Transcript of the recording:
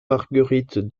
marguerite